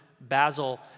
Basil